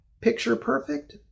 picture-perfect